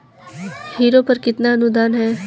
Harrow पर कितना अनुदान है?